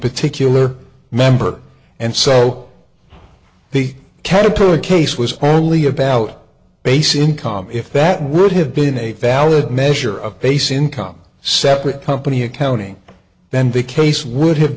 particular member and so the caterpillar case was only about base income if that would have been a valid measure of base income separate company accounting then the case would have